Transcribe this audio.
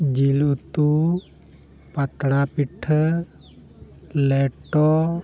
ᱡᱤᱞ ᱩᱛᱩ ᱯᱟᱛᱲᱟ ᱯᱤᱴᱷᱟᱹ ᱞᱮᱴᱚ